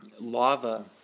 lava